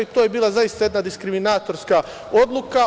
To je zaista bila jedna diskriminatorska odluka.